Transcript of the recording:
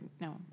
No